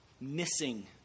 missing